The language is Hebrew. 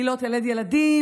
היא לא תלד ילדים,